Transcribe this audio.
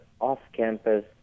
off-campus